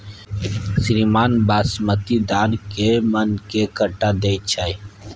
श्रीमान बासमती धान कैए मअन के कट्ठा दैय छैय?